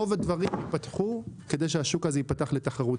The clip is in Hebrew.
רוב הדברים ייפתחו כדי שהשוק הזה ייפתח לתחרות.